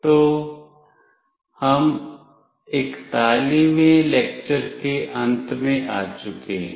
तो हम 41 वें लेक्चर के अंत में आ चुके हैं